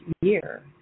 year